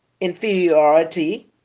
inferiority